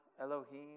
Elohim